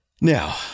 Now